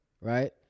right